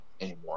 anymore